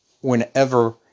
whenever